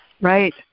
Right